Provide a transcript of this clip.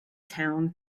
town